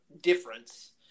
difference